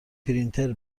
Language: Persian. پرینتر